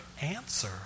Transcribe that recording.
answer